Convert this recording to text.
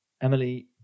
Emily